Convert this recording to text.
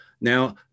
Now